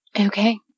Okay